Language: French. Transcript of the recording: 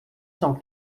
cent